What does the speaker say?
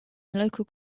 local